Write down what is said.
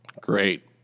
Great